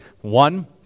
One